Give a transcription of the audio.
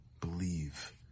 Believe